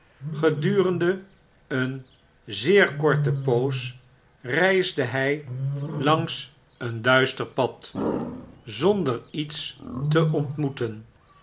gedurende een zeer korte poos reide hy langs een duister pad zonder iets teontmoeten